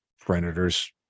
predators